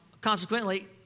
consequently